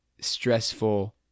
stressful